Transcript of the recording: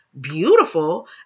beautiful